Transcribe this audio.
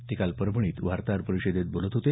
ते काल परभणीत वार्ताहर परिषदेत बोलत होते